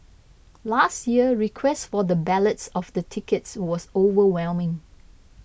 last year request for the ballots of the tickets was overwhelming